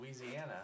Louisiana